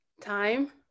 Time